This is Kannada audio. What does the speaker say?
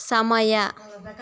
ಸಮಯ